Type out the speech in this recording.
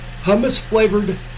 hummus-flavored